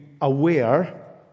aware